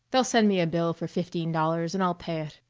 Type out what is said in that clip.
they'll send me a bill for fifteen dollars and i'll pay it.